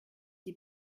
die